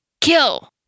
Kill